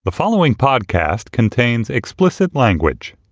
the following podcast contains explicit language